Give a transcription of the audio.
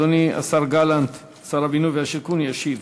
אדוני השר גלנט, שר הבינוי והשיכון, ישיב.